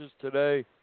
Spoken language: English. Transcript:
today